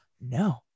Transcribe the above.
no